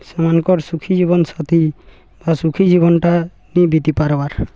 ସେମାନଙ୍କର ସୁଖୀ ଜୀବନ ସାଥି ବା ସୁଖୀ ଜୀବନଟା ନି ବିତି ପାରବାର୍